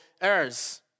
errors